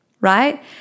right